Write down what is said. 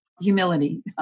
humility